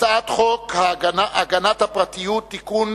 הצעת חוק הגנת הפרטיות (תיקון,